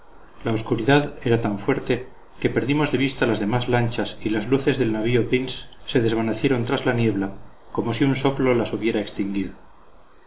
la obscuridad era tan fuerte que perdimos de vista las demás lanchas y las luces del navío pince se desvanecieron tras la niebla como si un soplo las hubiera extinguido